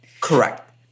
Correct